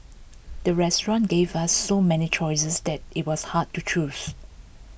the restaurant gave ah so many choices that IT was hard to choose